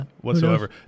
whatsoever